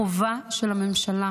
החובה של הממשלה